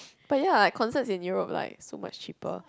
but ya like concerts in Europe like so much cheaper